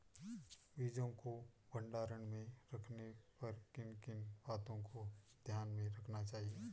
बीजों को भंडारण में रखने पर किन किन बातों को ध्यान में रखना चाहिए?